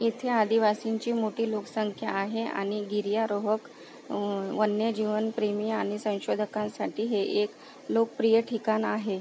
येथे आदिवासींची मोठी लोकसंख्या आहे आणि गिर्यारोहक वन्यजीवनप्रेमी आणि संशोधकांसाठी हे एक लोकप्रिय ठिकाण आहे